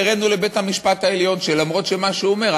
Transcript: והראינו לבית-המשפט העליון שלמרות מה שהוא אומר,